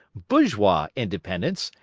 bourgeois independence,